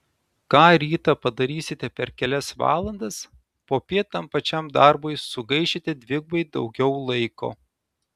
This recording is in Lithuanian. ką rytą padarysite per kelias valandas popiet tam pačiam darbui sugaišite dvigubai daugiau laiko